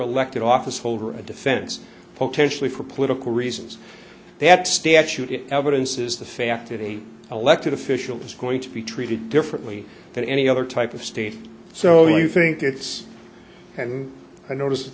elected office holder a defense potentially for political reasons that statute evidences the fact that any elected official is going to be treated differently than any other type of state so you think it's and i notice